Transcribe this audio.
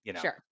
sure